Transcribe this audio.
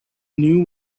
knew